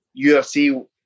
UFC